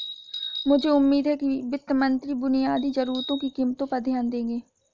मुझे उम्मीद है कि वित्त मंत्री बुनियादी जरूरतों की कीमतों पर ध्यान देंगे